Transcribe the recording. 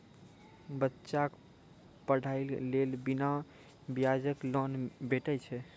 बच्चाक पढ़ाईक लेल बिना ब्याजक लोन भेटै छै?